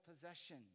possession